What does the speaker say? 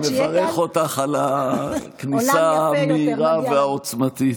אבל אני מברך אותך על הכניסה המהירה והעוצמתית.